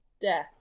death